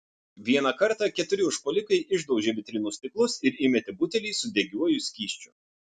vieną kartą keturi užpuolikai išdaužė vitrinų stiklus ir įmetė butelį su degiuoju skysčiu